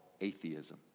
atheism